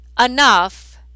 enough